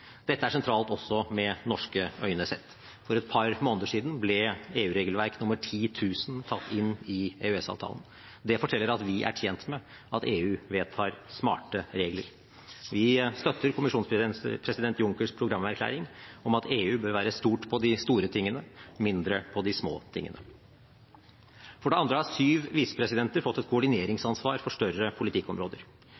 Dette er sentralt også sett med norske øyne: For et par måneder siden ble EU-regelverk nr. 10 000 tatt inn i EØS-avtalen. Det forteller at vi er tjent med at EU vedtar smarte regler. Vi støtter kommisjonspresident Junckers programerklæring om at EU bør være stor på de store tingene, mindre på de små tingene. For det andre har syv visepresidenter fått et